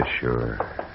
Sure